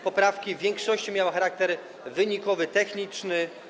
Poprawki w większości miały charaktery wynikowy, techniczny.